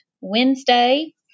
wednesday